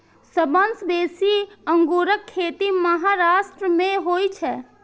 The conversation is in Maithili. सबसं बेसी अंगूरक खेती महाराष्ट्र मे होइ छै